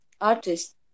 artist